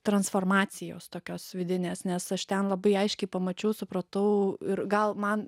transformacijos tokios vidinės nes aš ten labai aiškiai pamačiau supratau ir gal man